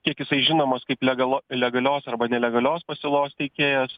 kiek jisai žinomas kaip legalo legalios arba nelegalios pasiūlos tiekėjas